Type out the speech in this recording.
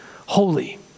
holy